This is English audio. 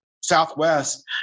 Southwest